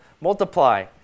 multiply